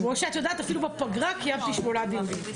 כמו שאת יודעת, אפילו בפגרה קיימתי שמונה דיונים.